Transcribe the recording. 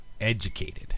educated